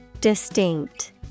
Distinct